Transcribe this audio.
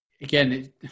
Again